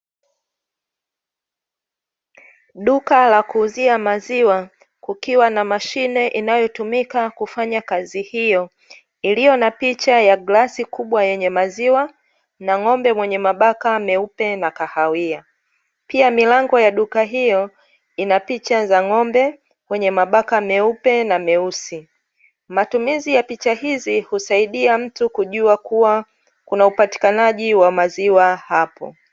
Duka la kuuzia maziwa kukiwa na mashine inayotumika kufanya kazi hiyo, iliyo na picha ya glasi kubwa yenye maziwa na ng'ombe mwenye mabaka meupe na kahawia. Pia milango ya duka hiyo ina picha za ng'ombe wenye mabaka meupe na meusi. Matumizi ya picha hizi husaidia mtu kujua kuwa kuna upatikanaji wa maziwa hapo.